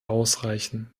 ausreichen